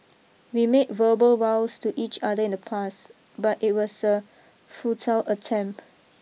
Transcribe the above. we made verbal vows to each other in the past but it was a futile attempt